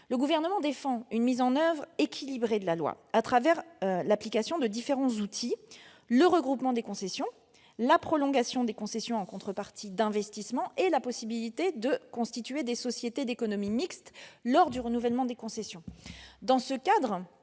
Le Gouvernement défend une mise en oeuvre équilibrée de la loi grâce à différents outils : le regroupement des concessions, la prolongation des concessions en contrepartie d'investissements et la possibilité de constituer des sociétés d'économie mixte lors du renouvellement des concessions. Dans ce cadre,